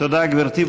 תודה, גברתי.